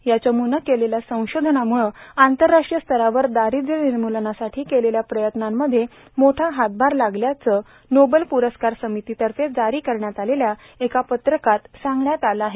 या चमूनं केलेल्या संशोधनामुळं आंतरराष्ट्रीय स्तरावर दारिद्व्य निर्मूलनासाठी केलेल्या प्रयत्नांमध्ये मोठा हातभार लागल्याचं नोबेल पुरस्कार समितीतर्फे जारी करण्यात आलेल्या एका पत्रकात सांगण्यात आलं आहे